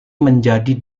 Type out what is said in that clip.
menjadi